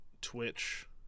Twitch